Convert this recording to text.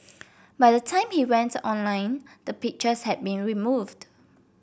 by the time he went online the pictures had been removed